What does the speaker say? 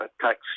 tax